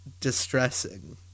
distressing